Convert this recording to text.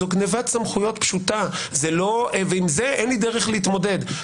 זו גניבת סמכויות פשוטה ועם זה אין לי דרך להתמודד.